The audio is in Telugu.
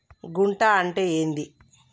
గుంట అంటే ఏంది?